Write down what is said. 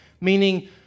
meaning